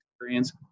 experience